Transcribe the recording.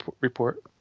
Report